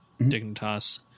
Dignitas